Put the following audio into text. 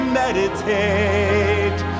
meditate